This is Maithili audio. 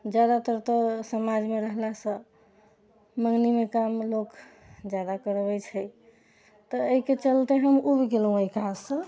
जादातर तऽ समाजमे रहलासँ मँगनीमे काम लोग जादा करबै छै तऽ एहिके चलते हम उबि गेलहुँ अइ काजसँ